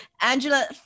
Angela